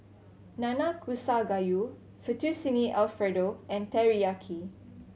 Nanakusa Gayu Fettuccine Alfredo and Teriyaki